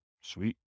Sweet